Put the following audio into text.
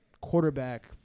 quarterback